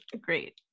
great